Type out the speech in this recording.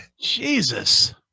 Jesus